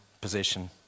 position